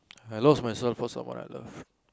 I lost myself cause of my love